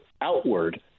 outward